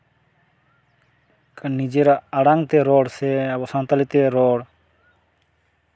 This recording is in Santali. ᱱᱤᱡᱮᱨᱟᱜ ᱟᱲᱟᱝᱛᱮ ᱨᱚᱲ ᱥᱮ ᱟᱵᱚ ᱥᱟᱱᱛᱟᱞᱤᱛᱮ ᱨᱚᱲ